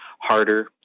harder